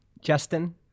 Justin